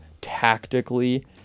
tactically